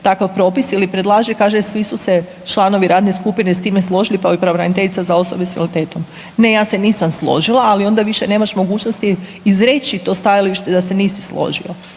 takav propis ili predlaže kaže svi su se članovi radne skupine s time složili kao i pravobraniteljica za osobe s invaliditetom. Ne ja se nisam složila ali onda više nemaš mogućnosti izreći to stajalište da se nisi složio.